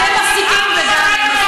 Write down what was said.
חברת הכנסת מיכל בירן,